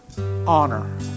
honor